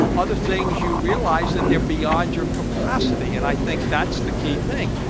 other things you realize that they're beyond your capacity. and i think that's the key thing.